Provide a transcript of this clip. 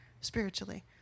spiritually